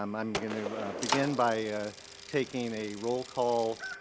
um i'm going to begin by taking a roll call